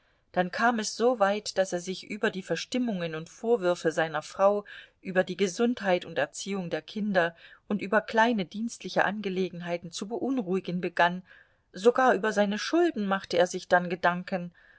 dann kam es so weit daß er sich über die verstimmungen und vorwürfe seiner frau über die gesundheit und erziehung der kinder und über kleine dienstliche angelegenheiten zu beunruhigen begann sogar über seine schulden machte er sich dann gedanken